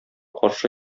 каршы